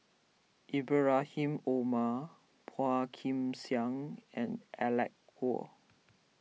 Ibrahim Omar Phua Kin Siang and Alec Kuok